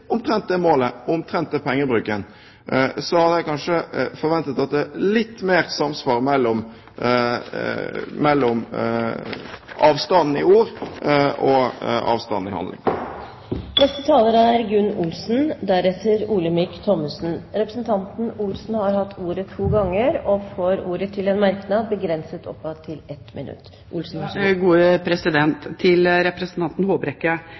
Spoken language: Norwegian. omtrent det målet, omtrent den pengebruken, så hadde jeg kanskje forventet at det ville være litt mer samsvar mellom ord og handling. Gunn Olsen har hatt ordet to ganger og får ordet til en kort merknad, begrenset til 1 minutt.